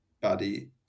body